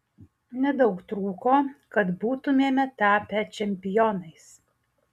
nedaug trūko kad būtumėme tapę čempionais